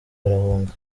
barahunga